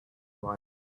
mind